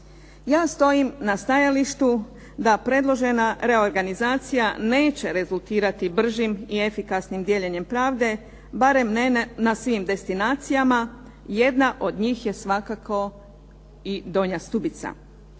Ja stojim na stajalištu da predložena reorganizacija neće rezultirati bržim i efikasnim dijeljenjem pravde barem ne na svim destinacijama, jedna od njih je svakako i Donja Stubica.